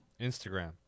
Instagram